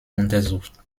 untersucht